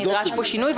שנדרש פה שינוי.